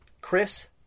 Chris